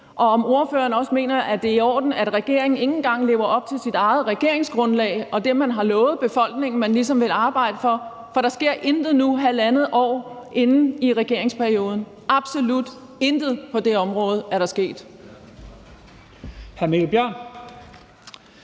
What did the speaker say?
og om ordføreren også mener, at det er i orden, at regeringen ikke engang lever op til sit eget regeringsgrundlag og det, man har lovet befolkningen man ligesom ville arbejde for. For der sker intet nu her halvandet år inde i regeringsperioden. Absolut intet på det her område er der sket!